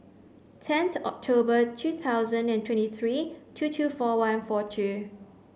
ten October two thousand and twenty three two two four one four two